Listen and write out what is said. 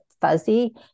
fuzzy